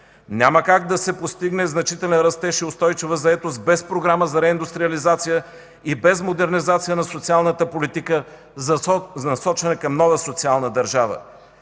Няма как да се постигне значителен растеж и устойчива заетост без програма за реиндустриализация и без модернизация на социалната политика за насочване към нова социална държава.